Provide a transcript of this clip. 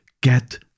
get